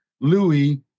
Louis